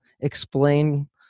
explain